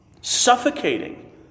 suffocating